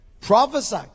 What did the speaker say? Prophesy